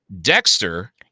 Dexter